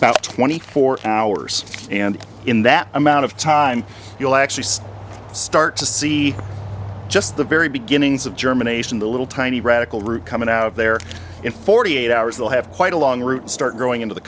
about twenty four hours and in that amount of time you'll actually see start to see just the very beginnings of germination the little tiny radical root coming out of there in forty eight hours they'll have quite a long root start growing into the